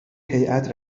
هیئت